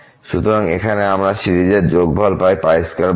সুতরাং এখানে আমরা সিরিজের যোগফল পাই 212